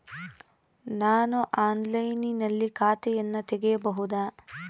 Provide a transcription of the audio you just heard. ನಾನು ಆನ್ಲೈನಿನಲ್ಲಿ ಖಾತೆಯನ್ನ ತೆಗೆಯಬಹುದಾ?